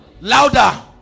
Louder